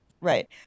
right